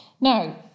Now